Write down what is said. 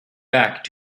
back